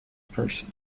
person